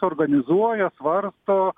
organizuoja svarsto